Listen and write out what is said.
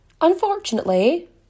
unfortunately